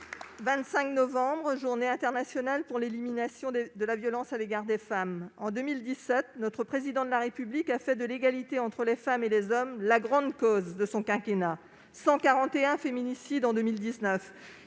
25 novembre marque la Journée internationale pour l'élimination de la violence à l'égard des femmes. En 2017, notre Président de la République a fait de l'égalité entre les femmes et les hommes la grande cause de son quinquennat. En 2019,